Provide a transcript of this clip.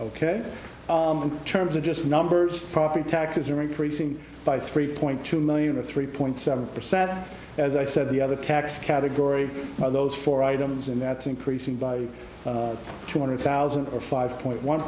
ok in terms of just numbers of property taxes are increasing by three point two million or three point seven percent as i said the other tax category well those four items and that's increasing by two hundred thousand or five point one